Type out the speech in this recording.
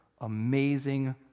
amazing